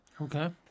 Okay